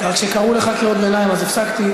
רק כשקראו לך קריאות ביניים אז הפסקתי.